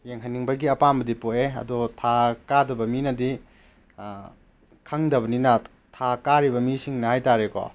ꯌꯦꯡꯍꯟꯅꯤꯡꯕꯒꯤ ꯑꯄꯥꯝꯕꯗꯤ ꯄꯣꯛꯑꯦ ꯑꯗꯣ ꯊꯥ ꯀꯥꯗꯕ ꯃꯤꯅꯗꯤ ꯈꯪꯗꯕꯅꯤꯅ ꯊꯥ ꯀꯥꯔꯤꯕ ꯃꯤꯁꯤꯡꯅ ꯍꯥꯏꯇꯥꯔꯦ ꯀꯣ